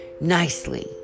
nicely